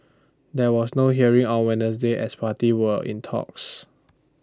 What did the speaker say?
there was no hearing on Wednesday as parties were in talks